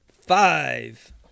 five